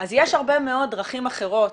אז יש הרבה מאוד דרכים אחרות